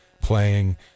playing